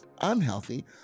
unhealthy